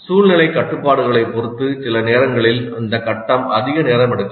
சூழ்நிலை கட்டுப்பாடுகளைப் பொறுத்து சில நேரங்களில் இந்த கட்டம் அதிக நேரம் எடுக்கலாம்